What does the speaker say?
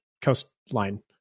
Coastline